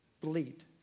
bleed